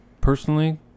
personally